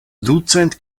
ducent